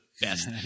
best